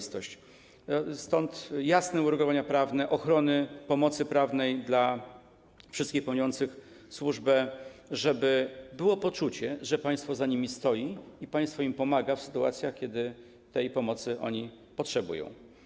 Stąd jasne uregulowania prawne ochrony, pomocy prawnej dla wszystkich pełniących służbę, żeby było poczucie, że państwo za nimi stoi i państwo im pomaga w sytuacjach, kiedy tej pomocy oni potrzebują.